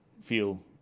feel